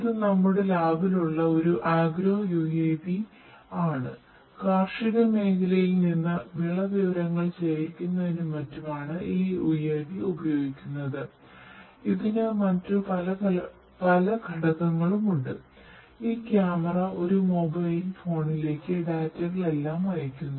ഇത് നമ്മുടെ ലാബിൽ ഉള്ള ഒരു അഗ്രോ യുഎവി എല്ലാം അയക്കുന്നു